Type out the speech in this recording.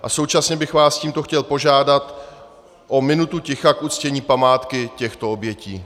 A současně bych vás tímto chtěl požádat o minutu ticha k uctění památky těchto obětí.